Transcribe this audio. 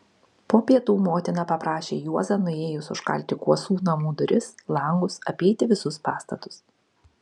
po pietų motina paprašė juozą nuėjus užkalti kuosų namų duris langus apeiti visus pastatus